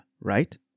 right